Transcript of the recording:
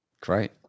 Great